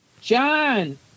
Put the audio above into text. John